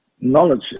Knowledge